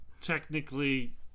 technically